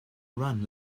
run